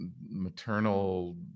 maternal